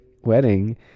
wedding